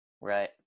right